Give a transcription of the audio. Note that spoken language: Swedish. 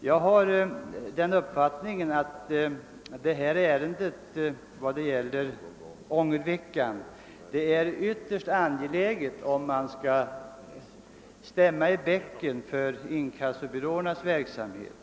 Jag har den uppfattningen att ångerveckan är någonting ytterst angeläget, om man skall kunna stämma i bäcken vad beträffar inkassobyråernas verksamhet.